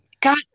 God